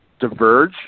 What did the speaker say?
diverge